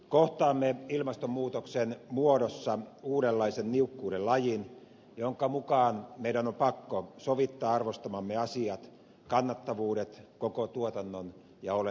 kohtaamme ilmastonmuutoksen muodossa uudenlaisen niukkuuden lajin jonka mukaan meidän on pakko sovittaa arvostamamme asiat kannattavuudet koko tuotannon ja olemisen rakenne